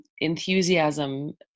enthusiasm